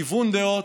גיוון דעות,